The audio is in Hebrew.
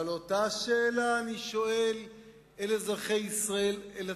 אבל אותה שאלה אני שואל את אזרחי ישראל, את עצמנו: